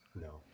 No